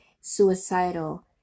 suicidal